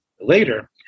later